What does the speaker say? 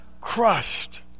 crushed